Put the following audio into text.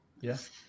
Yes